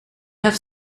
have